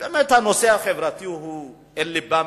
שהנושא החברתי באמת בלבם,